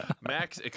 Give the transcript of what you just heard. Max